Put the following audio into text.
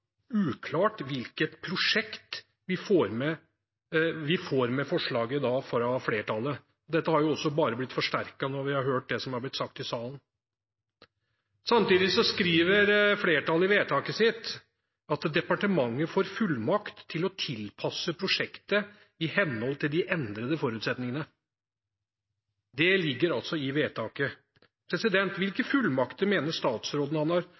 uklart hvilket prosjekt vi får med forslaget fra flertallet. Dette har jo også bare blitt forsterket når vi har hørt det som har blitt sagt i salen. Samtidig skriver flertallet i merknadene sine at «departementet får fullmakt til å tilpasse prosjektet i henhold til de endrede forutsetningene». Det ligger altså i vedtaket. Hvilke fullmakter mener statsråden han